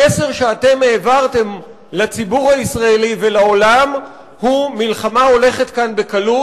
המסר שאתם העברתם לציבור הישראלי ולעולם הוא: מלחמה הולכת כאן בקלות.